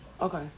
okay